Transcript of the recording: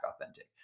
authentic